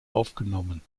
aufgenommen